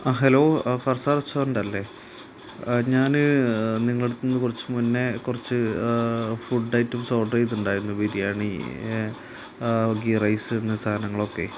ആ hello Farsa restaurant അല്ലേ ഞാൻ നിങ്ങളുടെ അടുത്തുനിന്ന് കുറച്ച് മുന്നേ കുറച്ച് ഫുഡ് ഐറ്റംസ് ഓഡർ ചെയ്തിട്ടുണ്ടായിരുന്നു ബിരിയാണി ഗീ റൈസ് ഇന്ന സാധനങ്ങളൊക്കെ